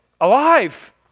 alive